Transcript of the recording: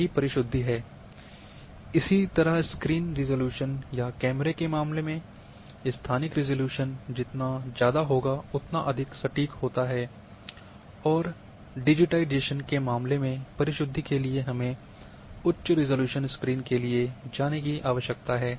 यही परिशुद्धि है इसी तरह स्क्रीन रिज़ॉल्यूशन या कैमरे के मामले में स्थानिक रिज़ॉल्यूशन जितना ज़्यादा होगा उतना अधिक सटीक होता है और डिजिटाइज़ेशन के मामले में परिशुद्धि के लिए हमें उच्च रिज़ॉल्यूशन स्क्रीन के लिए जाने की आवश्यकता है